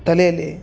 ತಲೆಯಲ್ಲಿ